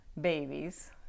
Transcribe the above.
babies